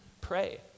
Pray